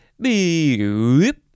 Beep